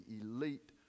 elite